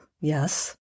Yes